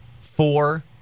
four